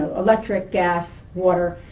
electric, gas, water,